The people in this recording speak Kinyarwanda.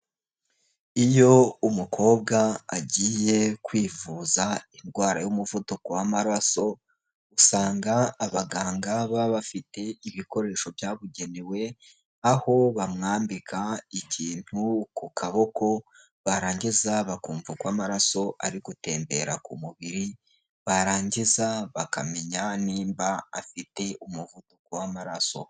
Iyo umukobwa agiye kwivuza indwara y'umuvuduko w'amaraso, usanga abaganga baba bafite ibikoresho byabugenewe, aho bamwambika ikintu ku kaboko barangiza bakumva uko amaraso ari gutembera ku mubiri, barangiza bakamenya nimba afite umuvuduko w'amaraso.